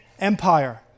Empire